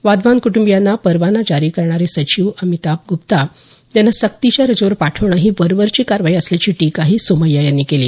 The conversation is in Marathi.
वाधवान कूटंबीयांना परवाना जारी करणारे सचिव अमिताभ गुप्ता यांना सक्तीच्या रजेवर पाठवण ही वरवरची कारवाई असल्याची टीकाही सोमय्या यांनी केली